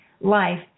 life